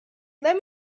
let